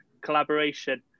collaboration